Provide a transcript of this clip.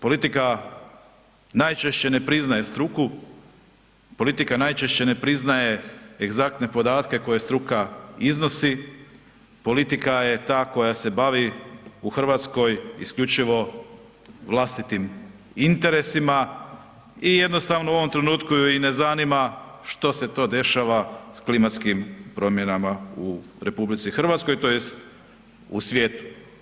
Politika najčešće ne priznaje struku, politika najčešće ne priznaje egzaktne podatke koje struka iznosi, politika je ta koja se bavi u RH isključivo vlastitim interesima i jednostavno u ovom trenutku ju i ne zanima što se to dešava s klimatskim promjenama u RH tj. u svijetu.